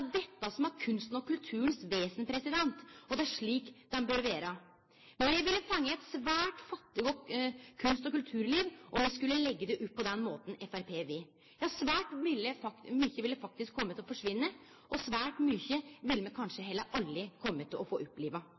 dette som er kunsten og kulturen sitt vesen, og det er slik det skal vere. Vi ville fått eit svært fattig kunst- og kulturliv om vi skulle leggje det opp på den måten som Framstegspartiet vil. Ja, svært mykje ville faktisk komme til å forsvinne, og svært mykje ville vi kanskje heller aldri få oppleve. Vi ynskjer å satse på kultur, og vi gjer det. Vi brukar pengar både til